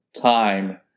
time